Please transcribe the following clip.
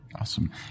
Awesome